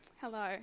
Hello